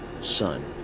Son